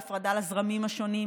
בהפרדה לזרמים השונים,